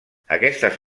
aquestes